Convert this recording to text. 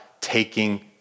taking